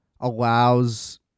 allows